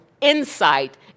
insight